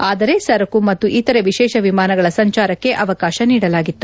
ಆದರೆ ಸರಕು ಮತ್ತು ಇತರೆ ವಿಶೇಷ ವಿಮಾನಗಳ ಸಂಚಾರಕ್ಕೆ ಅವಕಾಶ ನೀಡಲಾಗಿತ್ತು